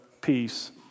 peace